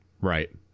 Right